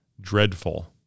dreadful